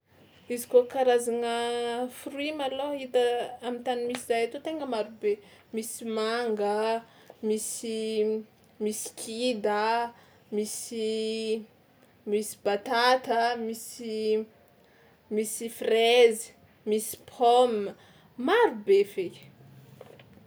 izy kôa karazagna fruit malôha hita am'tany misy zahay etoy tegna marobe: misy manga, misy misy kida, misy misy batata, misy misy fraise, misy pomme, marobe feky.